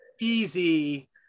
easy